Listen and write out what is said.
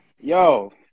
Yo